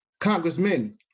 congressmen